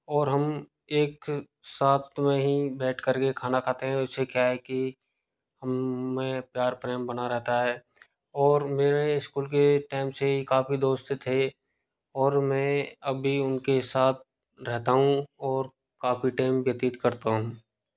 और हम एक साथ में ही बैठ करके खाना खाते हैं उससे क्या है कि हममें प्यार प्रेम बना रहता है और मेरे स्कूल के टाइम से काफ़ी दोस्त थे और मैं अभी उनके साथ रहता हूँ और काफ़ी टाइम व्यतीत करता हूँ